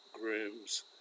grooms